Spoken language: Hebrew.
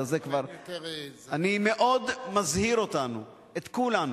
אני מאוד מזהיר אותנו, את כולנו: